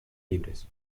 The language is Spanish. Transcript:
libres